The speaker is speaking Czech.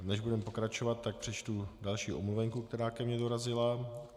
Než budeme pokračovat, tak přečtu další omluvenku, která ke mně dorazila.